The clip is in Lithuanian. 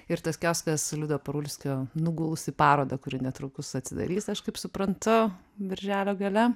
ir tas kioskas liudo parulskio nuguls į parodą kuri netrukus atsidarys aš kaip suprantu birželio gale